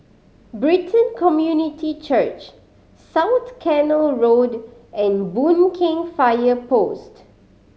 Brighton Community Church South Canal Road and Boon Keng Fire Post